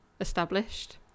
established